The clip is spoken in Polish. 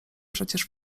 przecież